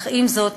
אך עם זאת,